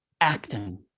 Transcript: acting